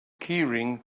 keyring